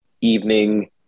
evening